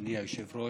אדוני היושב-ראש,